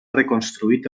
reconstruït